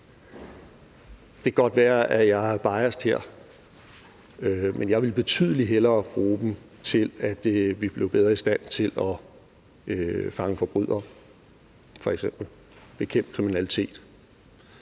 Det kan godt være, at jeg er biased her, men jeg vil betydelig hellere bruge dem til, at vi blev bedre i stand til at fange forbrydere og bekæmpe kriminalitet